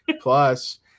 plus